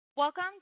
Welcome